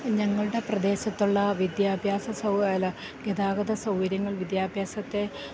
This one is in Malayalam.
ഞങ്ങളുടെ പ്രദേശത്തുള്ള വിദ്യാഭ്യാസ അല്ല ഗതാഗത സൗര്യങ്ങൾ വിദ്യാഭ്യാസത്തെ